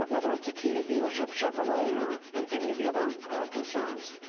but whether it's a kia dealership, chevrolet, or and any of the other concerns.